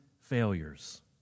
failures